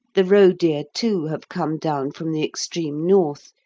the roe-deer, too, have come down from the extreme north,